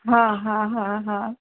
हा हा हा हा